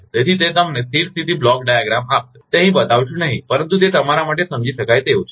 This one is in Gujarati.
તેથી તે તમને સ્થિર સ્થિતી બ્લોક ડાયાગ્રામ આપશે તે અહીં બતાવશુ નહીં પરંતુ તે તમારા માટે સમજી શકાય તેવું છે